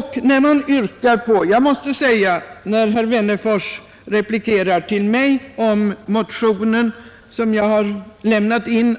Herr Wennerfors polemiserade mot mig med anledning av den av mig väckta motionen